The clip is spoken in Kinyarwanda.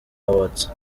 awards